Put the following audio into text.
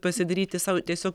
pasidaryti sau tiesiog